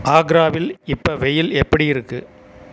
ஆக்ராவில் இப்போ வெயில் எப்படி இருக்கு